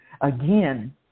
again